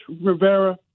Rivera